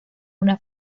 una